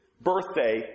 birthday